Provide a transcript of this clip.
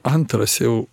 antras jau